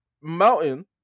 Mountain